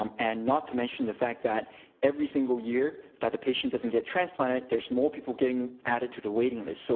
um and not to mention the fact that every single year that the patient doesn't get transplanted, there's more people getting added to the waiting list. so